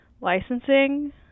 licensing